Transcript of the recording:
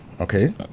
Okay